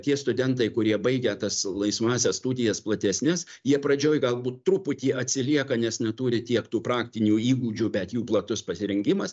tie studentai kurie baigę tas laisvąsias studijas platesnes jie pradžioj galbūt truputį atsilieka nes neturi tiek tų praktinių įgūdžių bet jų platus pasirengimas